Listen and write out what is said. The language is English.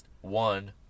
One